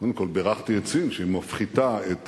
קודם כול, בירכתי את סין שמפחיתה את